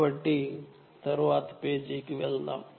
కాబట్టి తరువాతి పేజీకి వెళ్దాం